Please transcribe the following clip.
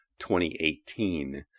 2018